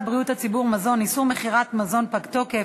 בריאות הציבור (מזון) (איסור מכירת מזון פג תוקף),